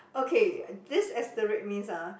okay this asterisk means ah